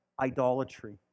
idolatry